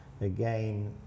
again